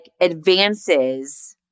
advances